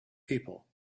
people